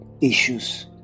issues